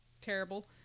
terrible